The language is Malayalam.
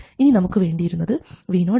ഇനി നമുക്ക് വേണ്ടിയിരുന്നത് Rm ആണ്